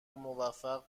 موفق